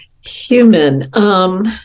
Human